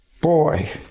Boy